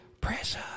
pressure